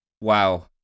Wow